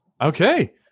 okay